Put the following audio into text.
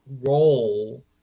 role